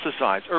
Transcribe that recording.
pesticides